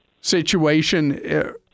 situation